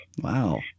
Wow